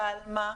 אבל מה,